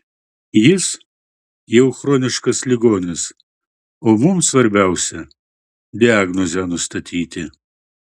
jis jau chroniškas ligonis o mums svarbiausia diagnozę nustatyti